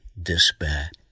despair